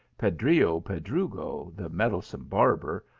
pedrillo pedrugo, the meddlesome barber,